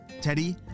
Teddy